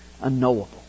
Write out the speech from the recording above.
unknowable